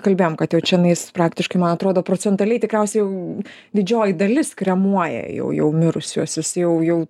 kalbėjom kad jau čianais praktiškai man atrodo procentaliai tikriausiai jau didžioji dalis kremuoja jau jau mirusiuosius jau jau